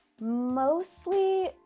Mostly